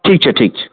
ठीक छै ठीक छै